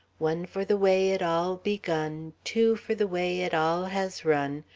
one for the way it all begun, two for the way it all has run,